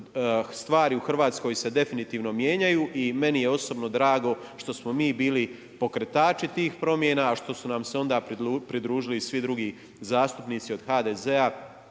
stvari u Hrvatskoj se definitivno mijenjaju i meni je osobno drago što smo im bili pokretači tih promjena a što su nam se onda pridružili i svi drugi zastupnici od HDZ-a,